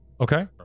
Okay